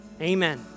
Amen